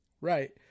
Right